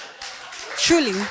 Truly